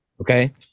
Okay